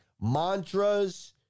mantras